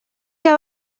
que